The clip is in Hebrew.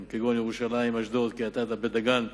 במקומות כגון ירושלים, אשדוד, קריית-אתא, בית-דגן,